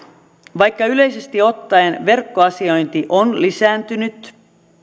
vaikka yleisesti ottaen verkkoasiointi on lisääntynyt